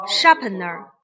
Sharpener